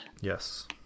Yes